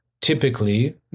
typically